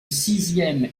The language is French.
sixième